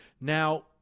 Now